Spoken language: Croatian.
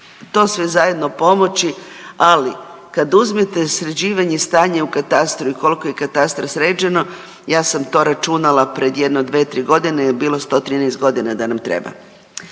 to sve zajedno pomoći, ali, kad uzmete sređivanje stanja u katastru i koliko je katastar sređeno, ja sam to računala pred jedno 2, 3 godine je bilo 113 godina da nam treba.